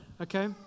Okay